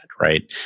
right